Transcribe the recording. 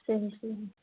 صحی صحی